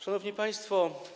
Szanowni Państwo!